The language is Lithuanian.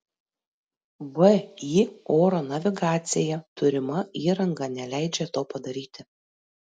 vį oro navigacija turima įranga neleidžia to padaryti